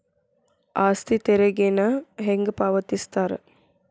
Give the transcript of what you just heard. ಆಸ್ತಿ ತೆರಿಗೆನ ಹೆಂಗ ಪಾವತಿಸ್ತಾರಾ